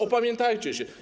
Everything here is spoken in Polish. Opamiętajcie się!